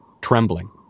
trembling